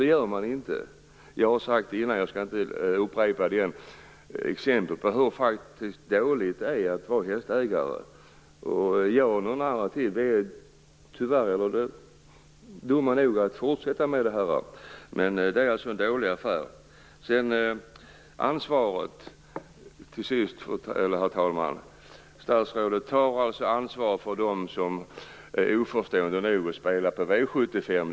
Det gör man inte. Jag har talat om det innan, och jag skall inte upprepa exemplen på hur dåligt det är att vara hästägare. Jag och några till är tyvärr dumma nog att fortsätta med det, och det är en dålig affär. Till sist, herr talman, vill jag säga att statsrådet tar ansvar för dem som är oförstående nog att spela på V 75.